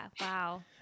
Wow